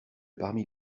parmi